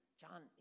John